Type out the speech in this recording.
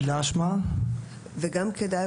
וגם כדאי,